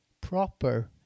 proper